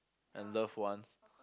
and love ones